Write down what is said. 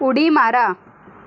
उडी मारा